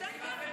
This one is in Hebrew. יותר קל.